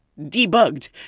debugged